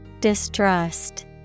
Distrust